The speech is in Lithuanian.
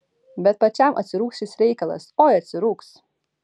bet pačiam atsirūgs šis reikalas oi atsirūgs